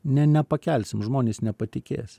ne nepakelsim žmonės nepatikės